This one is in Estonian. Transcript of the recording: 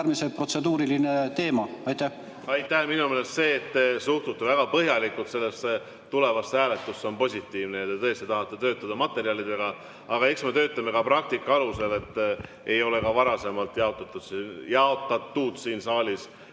Aitäh! Minu meelest see, et te suhtute väga põhjalikult sellesse tulevasse hääletusse, on positiivne. Te tõesti tahate töötada materjalidega. Aga eks me töötame ka praktika alusel. Ei ole ka varasemalt jaotatud siin saalis